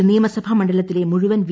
ഒരു നിയമസഭാ മണ്ഡലത്തിലെ മുഴുവൻ വി